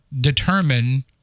determine